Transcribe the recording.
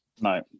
No